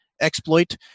exploit